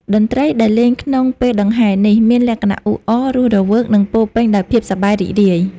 តន្ត្រីដែលលេងក្នុងពេលដង្ហែនេះ មានលក្ខណៈអ៊ូអរ រស់រវើក និងពោរពេញដោយភាពសប្បាយរីករាយ